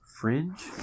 fringe